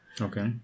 Okay